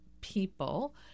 people